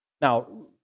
Now